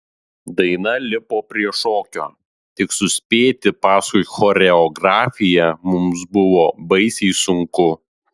daina lipo prie šokio tik suspėti paskui choreografiją mums buvo baisiai sunku